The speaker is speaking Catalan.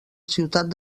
ciutat